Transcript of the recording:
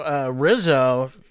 Rizzo